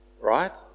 right